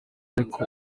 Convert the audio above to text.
ariko